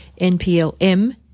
NPLM